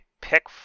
pick